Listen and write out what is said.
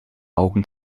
augen